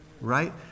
Right